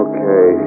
Okay